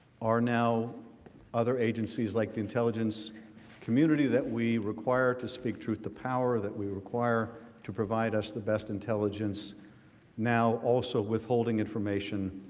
are now other agencies like the intelligence community that we require to speak truth to power that we require to provide us the best intelligence now also withholding information